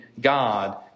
God